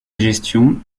gestion